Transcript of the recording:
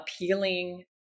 appealing